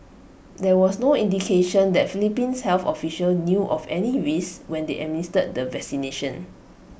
there was no indication that Philippines health official knew of any risk when they administered the vaccination